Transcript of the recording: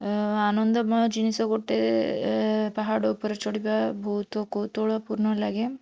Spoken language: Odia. ଆନନ୍ଦମୟ ଜିନିଷ ଗୋଟେ ପାହାଡ଼ ଉପରେ ଚଢ଼ିବା ବହୁତ କୌତୁହଳପୂର୍ଣ୍ଣ ଲାଗେ